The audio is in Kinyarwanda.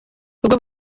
ubwo